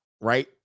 right